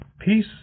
Peace